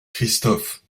christophe